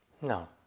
No